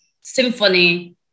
symphony